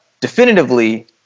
definitively